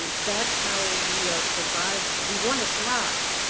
that's how we are surviving. we want to thrive,